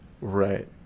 right